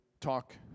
talk